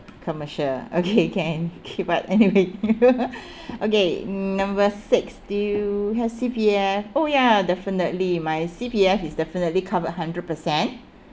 commercial okay can keep up anyway okay mm number six do you have C_P_F oh yeah definitely my C_P_F is definitely covered hundred percent